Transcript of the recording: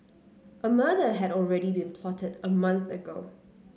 a murder had already been plotted a month ago